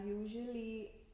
usually